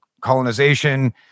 colonization